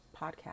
podcast